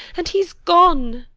and he's gone.